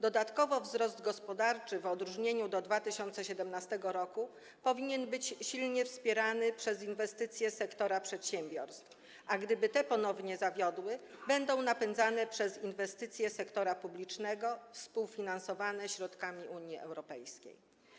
Dodatkowo wzrost gospodarczy w odróżnieniu od 2017 r. powinien być silnie wspierany przez inwestycje sektora przedsiębiorstw, a gdyby te ponownie zawiodły, będzie napędzany przez inwestycje sektora publicznego współfinansowane ze środków Unii Europejskiej.